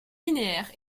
linéaire